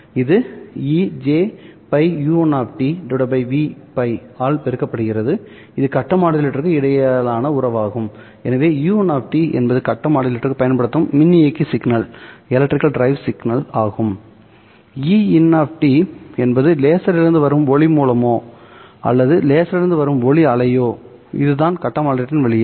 இது ejπu 1 Vπ ஆல் பெருக்கப்படுகிறது இது கட்ட மாடுலேட்டருக்கு இடையிலான உறவாகும் எனவே u1 என்பது கட்ட மாடுலேட்டருக்கு பயன்படுத்தப்படும் மின் இயக்கி சிக்னல் ஆகும் Ein என்பது லேசரிலிருந்து வரும் ஒளி மூலமோ அல்லது லேசரிலிருந்து வரும் ஒளி அலையோ இதுதான் கட்ட மாடுலேட்டரின் வெளியீடு